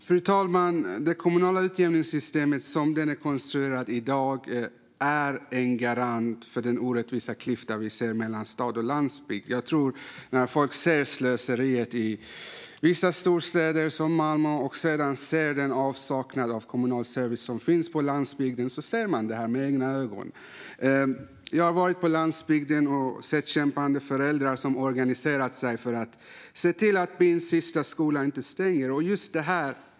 Fru talman! Det kommunala utjämningssystemet är som det är konstruerat i dag en garant för den orättvisa klyfta vi ser mellan stad och landsbygd. Folk kan se det med egna ögon när de jämför slöseriet i vissa storstäder, som Malmö, med den avsaknad av kommunal service som finns på landsbygden. Jag har varit på landsbygden och sett kämpande föräldrar som organiserat sig för att se till att byns sista skola inte stänger.